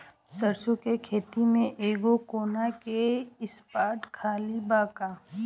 सरसों के खेत में एगो कोना के स्पॉट खाली बा का?